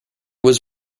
was